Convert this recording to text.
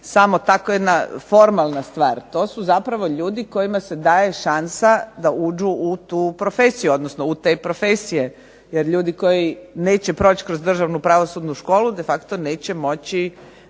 samo tako jedna formalna stvar. To su zapravo ljudi kojima se daje šansa da uđu u tu profesiju, odnosno u te profesije. Jer ljudi koji neće proći kroz Državnu pravosudnu školu de facto neće moći